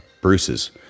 Bruce's